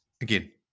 Again